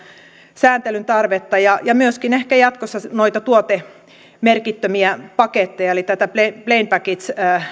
sääntelyn tarvetta ja ja ehkä jatkossa myöskin noita tuotemerkittömiä paketteja eli tätä plain package